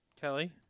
Kelly